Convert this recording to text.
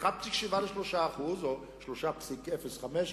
מ-1.7% ל-3% או ל-3.05%,